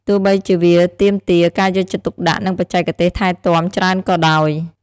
ទោះបីជាវាទាមទារការយកចិត្តទុកដាក់ និងបច្ចេកទេសថែទាំច្រើនក៏ដោយ។